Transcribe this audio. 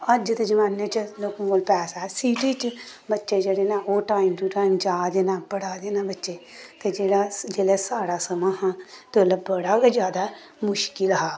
अज्ज दे जमाने च लोकें कोल पैसा ऐ सिटी च बच्चे जेह्ड़े न ओह् टाइम टू टाइम जा दे न पढ़ा दे न बच्चे ते जेल्लै साढ़ा समां हा ते ओल्लै बड़ा गै जैदा मुश्कल हा